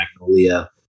Magnolia